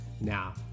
Now